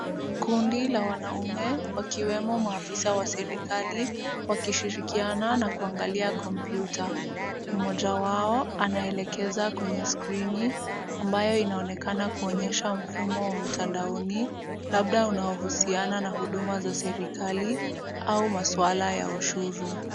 Kundi la wanaume, wakiwemo maafisa wa serikali, wakishirikiana na kuangalia kompyuta. Mmoja wao anaelekeza kwenye skrini, ambayo inaonekana kuonyesha mfumo wa mtandaoni, labda unaohusiana na huduma za serikali au maswala ya ushuru.